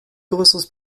größeres